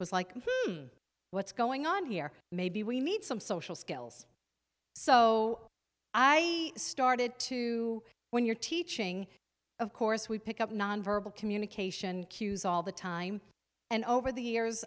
i was like what's going on here maybe we need some social skills so i started to when you're teaching of course we pick up non verbal communication cues all the time and over the years